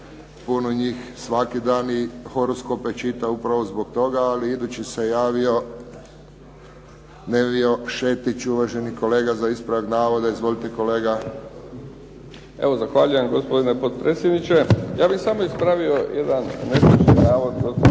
Puno njih svaki dan i horoskope čita upravo zbog toga. Ali idući se javio Nevio Šetić, uvaženi kolega za ispravak navoda. Izvolite kolega. **Šetić, Nevio (HDZ)** Evo zahvaljujem gospodine potpredsjedniče. Ja bih samo ispravio jedan netočan navod gospođe